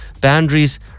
Boundaries